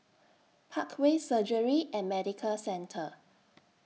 Parkway Surgery and Medical Centre